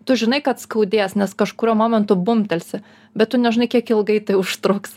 tu žinai kad skaudės nes kažkuriuo momentu bumbtelsi bet tu nežinai kiek ilgai tai užtruks